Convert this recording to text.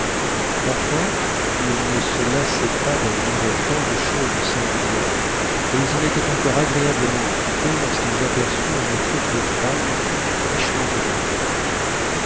enfin ils ne se lassaient pas d'admirer tant de choses singulières et ils en m étaient encore agréablement occupés lorsqu'ils aperçurent une troupe de m tcutmes richement habihées